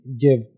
give